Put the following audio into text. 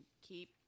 keep